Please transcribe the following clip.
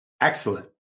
Excellent